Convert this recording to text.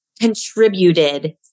contributed